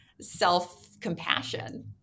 self-compassion